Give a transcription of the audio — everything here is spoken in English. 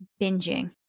binging